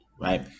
right